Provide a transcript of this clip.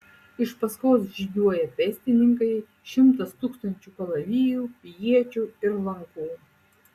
iš paskos žygiuoja pėstininkai šimtas tūkstančių kalavijų iečių ir lankų